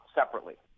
separately